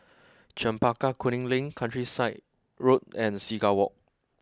Chempaka Kuning Link Countryside Road and Seagull Walk